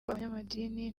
abanyamadini